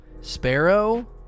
Sparrow